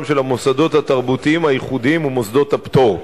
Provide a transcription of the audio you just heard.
של המוסדות התרבותיים הייחודיים ומוסדות הפטור.